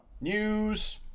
News